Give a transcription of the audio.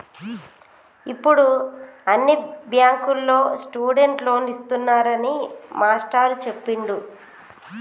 ఇప్పుడు అన్ని బ్యాంకుల్లో స్టూడెంట్ లోన్లు ఇస్తున్నారని మాస్టారు చెప్పిండు